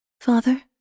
Father